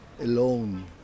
alone